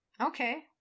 Okay